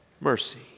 mercy